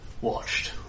watched